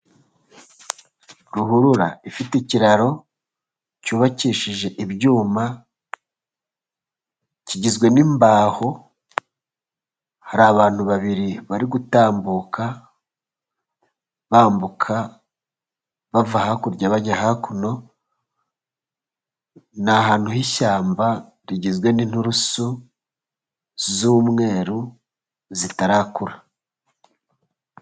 Ruhurura ifite ikiraro cyubakishije ibyuma kigizwe n'imbaho, hari abantu babiri bari gutambuka bambuka, bava hakurya bajya hakuno, ni ahantu h'ishyamba rigizwe n'inturusu z'umweru zitarakura.